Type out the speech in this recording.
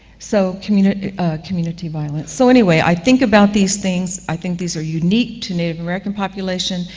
so, community community violence. so, anyway, i think about these things. i think these are unique to native american population,